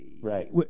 right